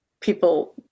people